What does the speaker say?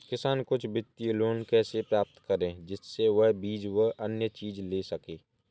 किसान कुछ वित्तीय लोन कैसे प्राप्त करें जिससे वह बीज व अन्य चीज ले सके?